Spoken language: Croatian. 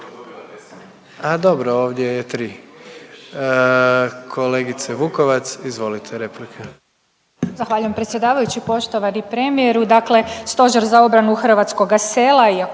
A dobro, ovdje je tri. Kolegice Vukovac, izvolite, replika.